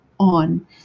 on